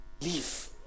Leave